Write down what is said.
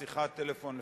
ששיחת טלפון עולה,